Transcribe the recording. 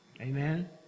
Amen